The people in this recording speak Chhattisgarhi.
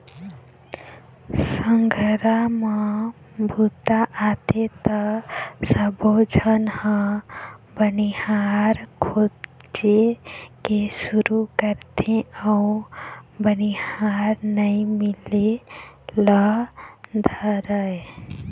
संघरा म बूता आथे त सबोझन ह बनिहार खोजे के सुरू करथे अउ बनिहार नइ मिले ल धरय